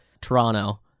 Toronto